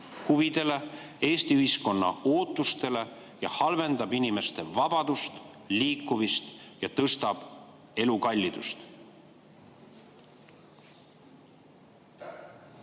huvidele ega Eesti ühiskonna ootustele ja halvendab inimeste vabadust, liikumist ja tõstab elukallidust?